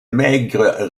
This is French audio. maigres